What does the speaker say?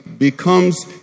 Becomes